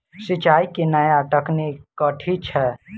सिंचाई केँ नया तकनीक कथी छै?